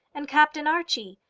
and captain archie?